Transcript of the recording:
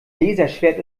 laserschwert